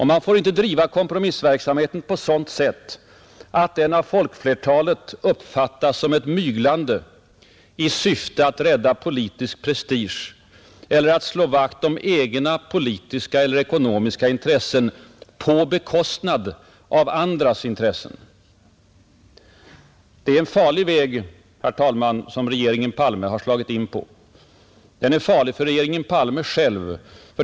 Man får inte bedriva kompromissverksamhet på sådant sätt, att den av folkflertalet uppfattas som ett myglande i syfte att rädda politisk prestige eller att slå vakt om egna politiska eller ekonomiska intressen på bekostnad av andras intressen, Herr talman! Det är en farlig väg regeringen Palme slagit in på. Den är farlig för regeringen Palme själv.